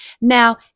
now